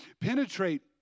penetrate